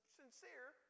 sincere